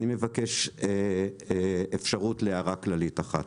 אני מבקש אפשרות להערה כללית אחת: